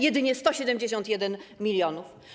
Jedynie 171 mln.